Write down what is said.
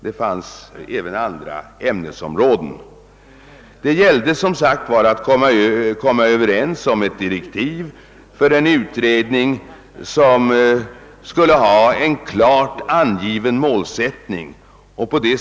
Det fanns även andra ämnesområden med i detta paket. Det gällde som sagt att enas om direktiv för en utredning med klart angiven målsättning.